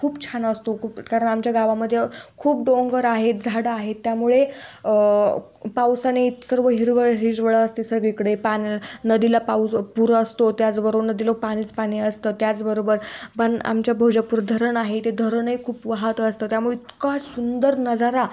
खूप छान असतो खूप कारण आमच्या गावामध्ये खूप डोंगर आहेत झाडं आहेत त्यामुळे पावसाने सर्व हिरवळ हिरवळ असते सगळीकडे पान नदीला पाऊस पुर असतो त्याचबरोबर नदीला पाणीच पाणी असतं त्याचबरोबर पण आमच्या भोजापूर धरण आहे ते धरणही खूप वाहात असतं त्यामुळे इतका सुंदर नजारा